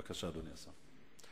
בבקשה, אדוני השר.